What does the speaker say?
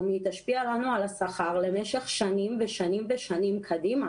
תשפיע לנו על השכר למשך שנים ושנים ושנים קדימה.